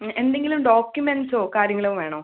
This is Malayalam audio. മ്മ് എന്തെങ്കിലും ഡോക്യുമെൻറ്റ്സോ കാര്യങ്ങളോ വേണോ